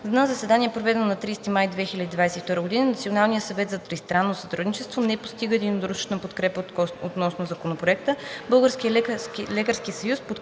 На заседание, проведено на 30 май 2022 г., Националният съвет за тристранно сътрудничество не постига единодушна подкрепа относно Законопроекта. Българският лекарски съюз подкрепя